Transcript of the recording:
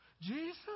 Jesus